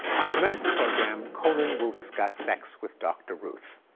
on tonight's program, conan will discuss sex with dr. ruth.